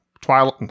Twilight